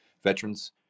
veterans